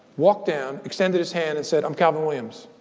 walked down, extended his hand, and said, i'm calvin williams.